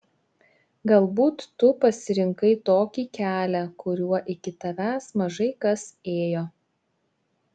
galbūt tu pasirinkai tokį kelią kuriuo iki tavęs mažai kas ėjo